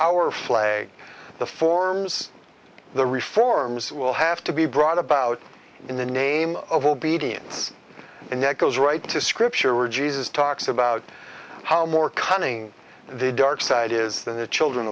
our flag the forms the reforms will have to be brought about in the name of obedience and that goes right to scripture or jesus talks about how more cunning the darkside is than the children